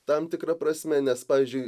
tam tikra prasme nes pavyzdžiui